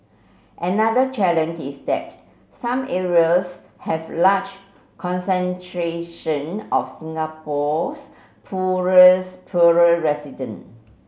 another challenge is that some areas have large concentration of Singapore's poor resident